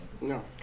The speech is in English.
No